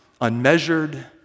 unmeasured